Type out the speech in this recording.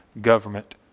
government